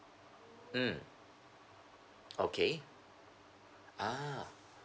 mm okay ah